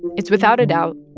it's, without a doubt,